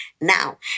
now